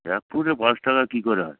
একফুটে পাঁচ টাকা কী করে হয়